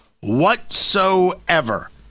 whatsoever